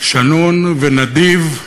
שנון ונדיב,